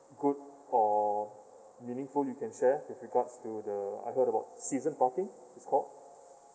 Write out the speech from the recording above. good or meaningful you can share with regards to the I heard about season parking this called